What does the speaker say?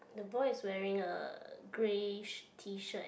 the boy is wearing a grey sh~ tee shirt and